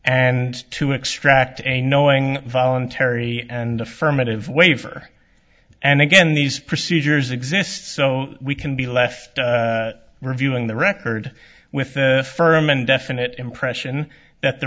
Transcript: and to extract a knowing voluntary and affirmative waiver and again these procedures exist so we can be left reviewing the record with the firm and definite impression that the